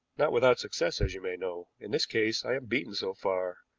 not without success, as you may know. in this case i am beaten so far,